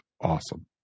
awesome